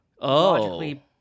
logically